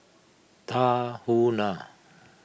Tahuna